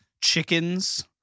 chickens